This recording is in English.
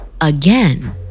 Again